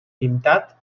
pintat